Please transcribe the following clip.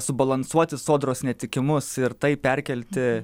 subalansuoti sodros netikimus ir tai perkelti